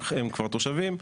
הם כבר תושבים,